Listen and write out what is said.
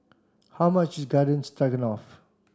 how much is Garden Stroganoff